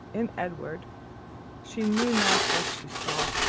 in edward she knew not what she saw,